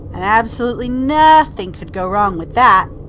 absolutely nothing can go wrong with that.